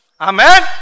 Amen